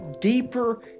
deeper